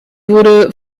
wurde